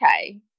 okay